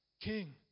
king